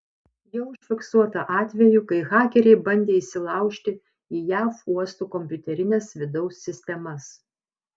jau užfiksuota atvejų kai hakeriai bandė įsilaužti į jav uostų kompiuterines vidaus sistemas